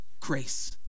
Grace